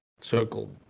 circle